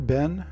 Ben